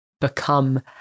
become